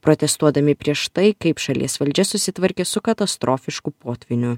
protestuodami prieš tai kaip šalies valdžia susitvarkė su katastrofišku potvyniu